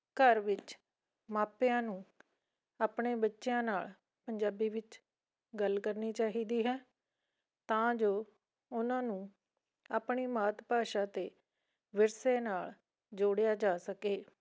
ਘਰ ਵਿੱਚ ਮਾਪਿਆਂ ਨੂੰ ਆਪਣੇ ਬੱਚਿਆਂ ਨਾਲ ਪੰਜਾਬੀ ਵਿੱਚ ਗੱਲ ਕਰਨੀ ਚਾਹੀਦੀ ਹੈ ਤਾਂ ਜੋ ਉਹਨਾਂ ਨੂੰ ਆਪਣੀ ਮਾਤ ਭਾਸ਼ਾ ਅਤੇ ਵਿਰਸੇ ਨਾਲ ਜੋੜਿਆ ਜਾ ਸਕੇ